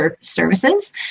services